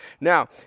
Now